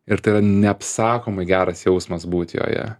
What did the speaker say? ir tai yra neapsakomai geras jausmas būt joje